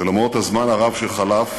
ולמרות הזמן הרב שחלף,